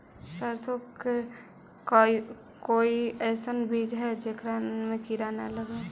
सरसों के कोई एइसन बिज है जेकरा में किड़ा न लगे?